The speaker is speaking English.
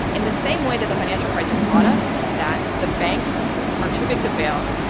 in the same way that the financial crisis taught us that the banks are too big to fail,